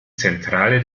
zentrale